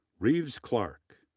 reeves clark,